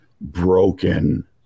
broken